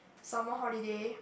summer holiday